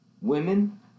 women